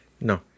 no